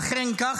אכן כך,